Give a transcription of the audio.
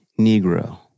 Negro